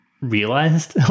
realized